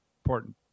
Important